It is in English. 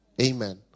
Amen